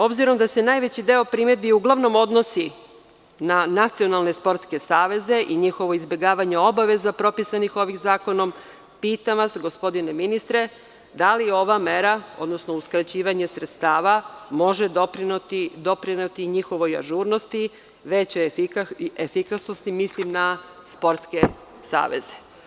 Obzirom da se najveći deo primedbi uglavnom odnosi na nacionalne sportske saveze i njihovo izbegavanje obaveza propisanih ovim zakonom, pitam vas, gospodine ministre, da li ova mera, odnosno uskraćivanje sredstava može doprineti njihovoj ažurnosti, većoj efikasnosti, mislim na sportske saveze?